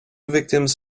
victims